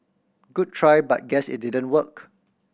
good try but guess it didn't work